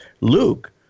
Luke